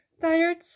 tired